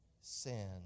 sin